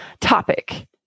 topic